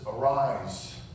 arise